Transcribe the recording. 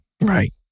Right